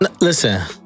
Listen